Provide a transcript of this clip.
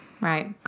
Right